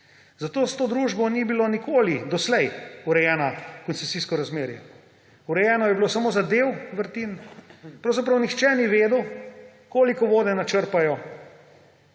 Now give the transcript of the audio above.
Zato s to družbo ni bilo doslej nikoli urejeno koncesijsko razmerje. Urejeno je bilo samo za del vrtin, pravzaprav nihče ni vedel, koliko vode načrpajo,